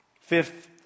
Fifth